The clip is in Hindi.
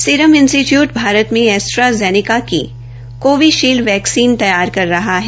सीरम इंस्टीट्यूट भारत में अस्ट्रा जेनेका की कोवीशील्ड वैक्सीन तैयार कर रहा है